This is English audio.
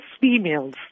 females